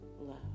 love